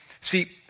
See